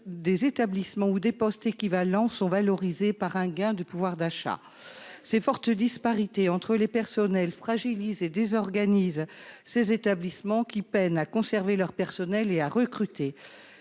des établissements ou des postes équivalents sont valorisés par un gain de pouvoir d'achat, ces fortes disparités entre les personnels fragilisés désorganise ces établissements qui peine à conserver leurs personnels et à recruter